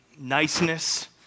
niceness